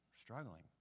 struggling